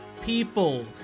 people